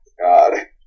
God